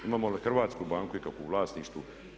Imamo li hrvatsku banku ikakvu u vlasništvu?